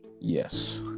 Yes